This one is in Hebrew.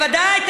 בוודאי.